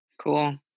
Cool